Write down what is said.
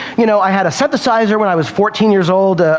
you know, i had a synthesizer when i was fourteen years old.